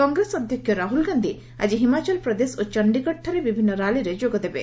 କଂଗ୍ରେସ ଅଧ୍ୟକ୍ଷ ରାହୁଲ ଗାନ୍ଧି ଆଜି ହିମାଚଳ ପ୍ରଦେଶ ଓ ଚଣ୍ଡିଗଡ଼ଠାରେ ବିଭିନ୍ନ ର୍ୟାଲିରେ ଯୋଗ ଦେବେ